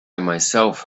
myself